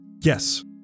yes